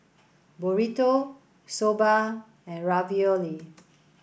Burrito Soba and Ravioli